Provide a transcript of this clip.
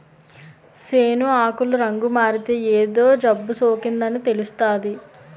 సేను ఆకులు రంగుమారితే ఏదో జబ్బుసోకిందని తెలుస్తాది